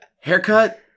haircut